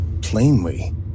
plainly